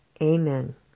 Amen